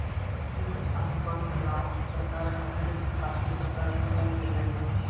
युद्ध अनुबंध ला सरकार पहले से काफी सतर्क हो गेलई हे